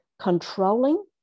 controlling